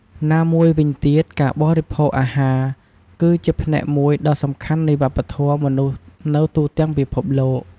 ណាមួយវិញទៀតការបរិភោគអាហារ គឺជាផ្នែកមួយដ៏សំខាន់នៃវប្បធម៌មនុស្សនៅទូទាំងពិភពលោក។